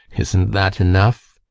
isn't that enough?